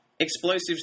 explosives